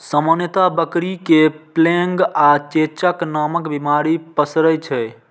सामान्यतः बकरी मे प्लेग आ चेचक नामक बीमारी पसरै छै